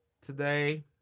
today